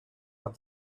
but